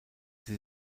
sie